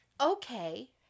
okay